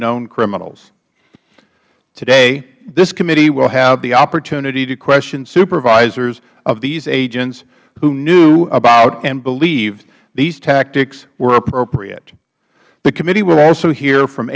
known criminals today this committee will have the opportunity to question supervisors of these agents who knew about and believed these tactics were appropriate the committee will also hear from